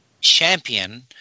Champion